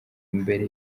mbere